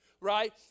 right